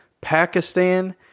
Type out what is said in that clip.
Pakistan